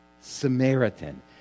Samaritan